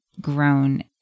grown